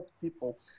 people